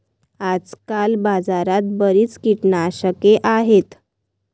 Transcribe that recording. आजकाल बाजारात बरीच कीटकनाशके आहेत